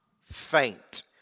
faint